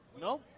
No